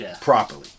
properly